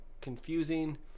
confusing